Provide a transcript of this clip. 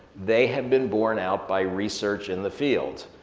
they have been borne out by research in the field.